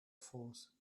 force